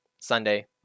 Sunday